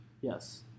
Yes